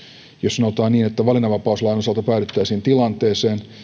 sanotaan niin että valinnanvapauslain osalta päädyttäisiin tilanteeseen